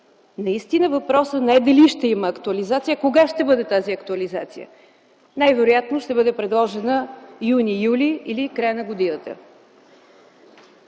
Наистина въпросът не е дали ще има актуализация, а кога ще бъде тази актуализация? Най-вероятно ще бъде предложена юни-юли или в края на годината.